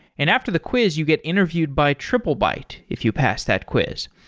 and after the quiz you get interviewed by triplebyte if you pass that quiz.